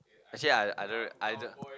actually I I don't I don't